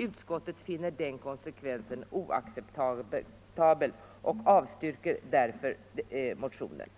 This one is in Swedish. Utskottet finner den konsekvensen oacceptabel och avstyrker därför motionen.”